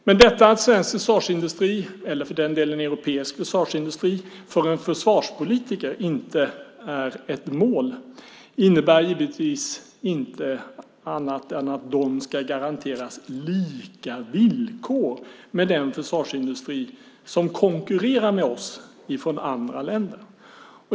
Men att svensk försvarsindustri, eller för den delen europeisk försvarsindustri, för en försvarspolitiker inte är ett mål innebär givetvis inte annat än att den ska garanteras lika villkor med den försvarsindustri som konkurrerar med oss från andra länder.